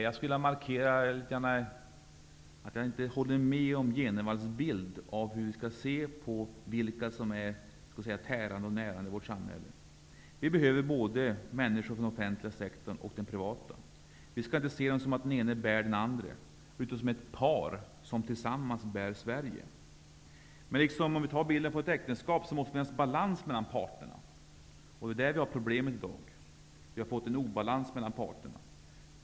Jag skulle vilja markera att jag inte håller med om Bo Jenevalls bild av hur vi skall se på vilka som är tärande och närande i vårt samhälle. Vi behöver människor från både den offentliga och den privata sektorn. Vi skall inte se det som att den ene bär den andre. De är ett par som tillsammans bär Sverige. Men precis som i ett äktenskap måste det finnas balans mellan parterna. Det är där vi har problemet i dag; vi har fått obalans mellan parterna.